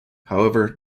however